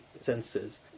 senses